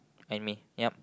and me ya